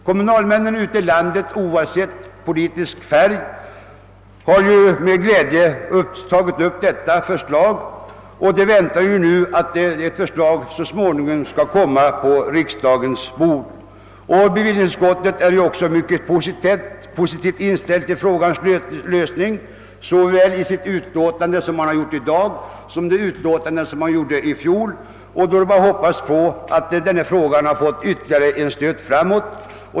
Kommunalmännen ute i landet har oavsett politisk färg med glädje tagit upp detta förslag, och de väntar nu att ärendet så småningom skall komma på riksdagens bord. Bevillningsutskottet är också mycket positivt inställt till frågans lösning, såväl i det betänkande som vi i dag behandlar som i det betänkande som lämnades i fjol. Då är det bara att hoppas på att frågan fått ytterligare en stöt framåt.